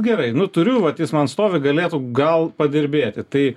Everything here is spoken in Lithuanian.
gerai nu turiu vat jis man stovi galėtų gal padirbėti tai